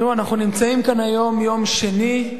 אנחנו נמצאים כאן היום, יום שני,